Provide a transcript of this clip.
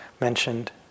mentioned